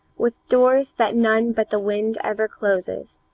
with doors that none but the wind ever closes,